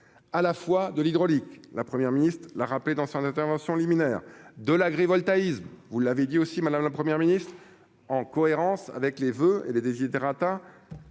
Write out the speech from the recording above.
à la fois de l'hydraulique, la première ministre l'a rappelé dans son intervention liminaire de l'agrivoltaïsme, vous l'avez dit aussi Madame, la première ministre en cohérence avec les voeux et les desiderata